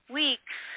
weeks